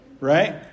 Right